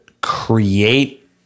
create